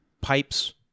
pipes